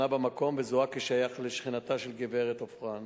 במקום וזוהה כשייך לשכנתה של גברת עופרן.